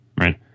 Right